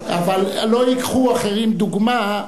אבל לא ייקחו אחרים דוגמה,